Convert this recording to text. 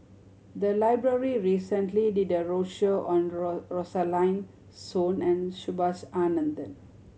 the library recently did a roadshow on Rosaline Soon and Subhas Anandan